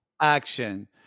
action